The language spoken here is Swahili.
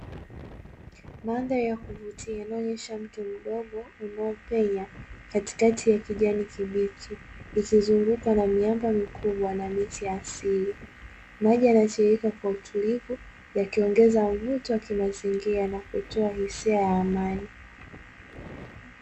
Mandhari ya kuvutia inayoonyesha mto mdogo unaopenya katikati ya kijani kibichi, ukizungukwa na miamba mikubwa na miti ya asili. Maji yanatiririka kwa utulivu yakiongeza mvuto wa kimazingira na kutoa hisia ya amani.